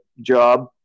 job